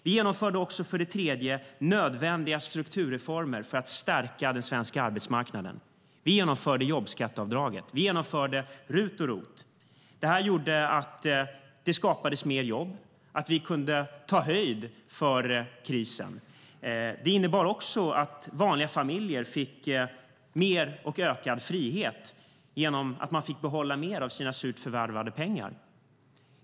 För det tredje genomförde vi också nödvändiga strukturreformer för att stärka den svenska arbetsmarknaden. Vi genomförde jobbskatteavdraget. Vi genomförde RUT och ROT-avdrag. Detta gjorde att det skapades mer jobb och att vi kunde ta höjd för krisen. Det innebar också att vanliga familjer fick mer och ökad frihet genom att de fick behålla mer av sina surt förvärvade pengar.